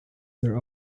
there